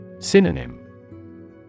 Synonym